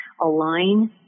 Align